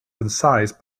concise